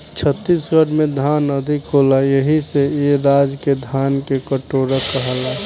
छत्तीसगढ़ में धान अधिका होला एही से ए राज्य के धान के कटोरा कहाला